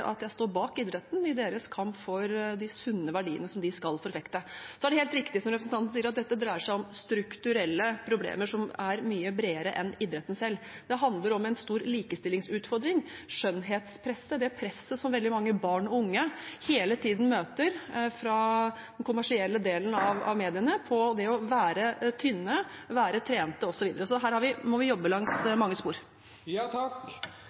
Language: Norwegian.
at jeg står bak idretten i deres kamp for de sunne verdiene som de skal forfekte. Så er det helt riktig, som representanten sier, at dette dreier seg om strukturelle problemer som er mye bredere enn idretten selv. Det handler om en stor likestillingsutfordring, om det skjønnhetspresset og det presset som veldig mange barn og unge hele tiden møter fra den kommersielle del av mediene om å være tynne og trente osv. Så her må vi jobbe langs